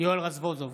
יואל רזבוזוב,